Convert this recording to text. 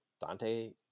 Dante